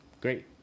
great